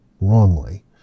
wrongly